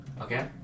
Okay